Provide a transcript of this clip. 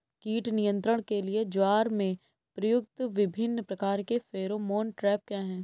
कीट नियंत्रण के लिए ज्वार में प्रयुक्त विभिन्न प्रकार के फेरोमोन ट्रैप क्या है?